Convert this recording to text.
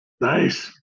nice